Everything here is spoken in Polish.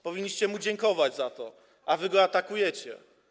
Powinniście mu dziękować za to, a wy go atakujecie.